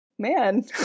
man